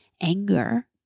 anger